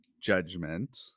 judgment